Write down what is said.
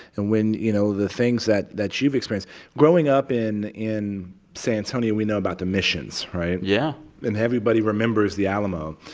and when, you know, the things that that you've experienced growing up in in san antonio, we know about the missions, right? yeah and everybody remembers the alamo.